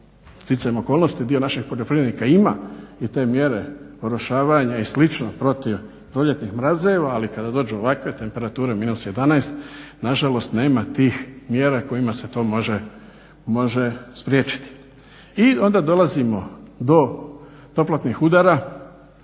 sticajem okolnosti dio naših poljoprivrednika ima i te mjere orošavanja i slično protiv proljetnih mrazeva, ali kada dođu ovakve temperature -11 nažalost nema tih mjera kojima se to može spriječiti. I onda dolazimo do toplotnih udara